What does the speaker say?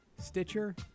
Stitcher